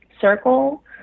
circle